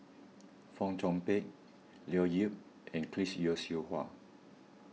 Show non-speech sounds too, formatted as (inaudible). (noise) Fong Chong Pik Leo Yip and Chris Yeo Siew Hua